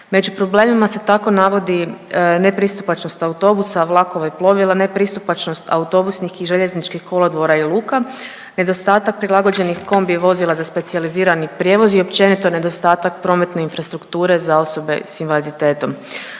Među problemima se tako navodi nepristupačnost autobusa, vlakova i plovila, nepristupačnost autobusnih i željezničkih kolodvora i luka, nedostatak prilagođenih kombi vozila za specijalizirani prijevoz i općenito nedostatak prometne infrastrukture za osobe s invaliditetom.